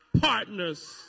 partner's